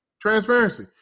Transparency